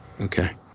Okay